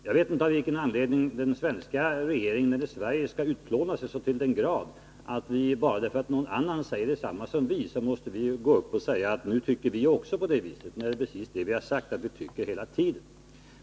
Jag vet inte av vilken anledning den svenska regeringen skall utplåna sig så till den grad att vi, bara därför att någon annan säger detsamma som vi, då skall gå upp och säga att nu tycker också vi på det viset. Det är ju precis det vi har sagt hela tiden.